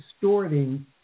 distorting